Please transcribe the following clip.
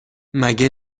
مگه